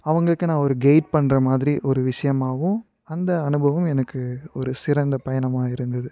அவாங்களுக்கு நான் ஒரு கைய்ட் பண்ணுற மாதிரி ஒரு விஷயமாகவும் அந்த அனுபவம் எனக்கு ஒரு சிறந்த பயணமாக இருந்தது